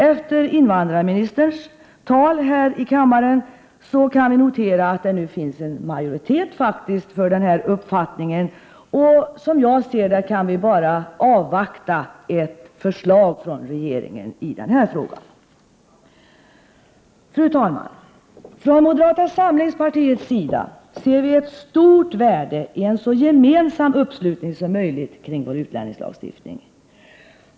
Efter invandrarministerns tal här i kammaren kan vi notera att det nu finns en majoritet för den här uppfattningen. Som jag ser det har vi bara att avvakta ett förslag från regeringen i den här frågan. Fru talman! Från moderata samlingspartiets sida ser vi ett stort värde i en 17 så gemensam anslutning som möjligt kring vår utlänningslagstiftning.